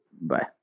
Bye